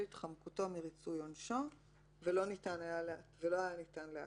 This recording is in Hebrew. התחמקותו מריצוי עונשו ולא היה ניתן לאתרו.